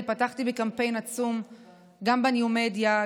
אני פתחתי בקמפיין עצום גם בניו-מדיה,